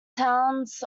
towns